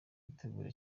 gutegura